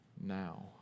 now